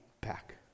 back